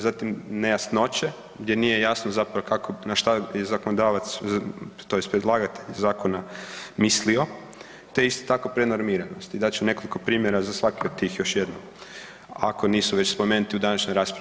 Zatim nejasnoće, gdje nije jasno zapravo na šta je zakonodavac tj. predlagatelj zakona mislio te isto tako prenormiranost i dat ću nekoliko primjera za svaki od tih još jednom ako nisu već spomenuti u današnjoj raspravi.